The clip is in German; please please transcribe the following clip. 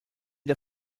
der